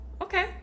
okay